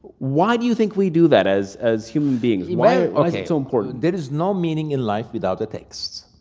why do you think we do that as as human beings, why is it so important? op there is no meaning in life without a text.